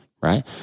Right